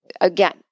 Again